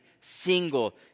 single